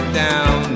down